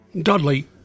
Dudley